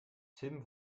tim